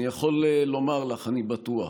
אני יכול לומר לך, אני בטוח,